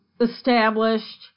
established